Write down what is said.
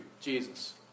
Jesus